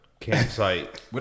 campsite